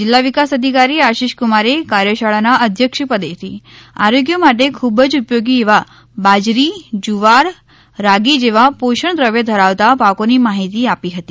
જિલ્લા વિકાસ અધિકારી આશિષકુમારે કાર્યશાળાના અધ્યક્ષપદેથી આરોગ્ય માટે ખૂબ જ ઉપયોગી એવા બાજરી જુવાર રાગી જેવા પોષણદ્રવ્ય ધરાવતા પાકોની માહિતી આપી હતી